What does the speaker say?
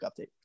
update